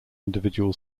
individual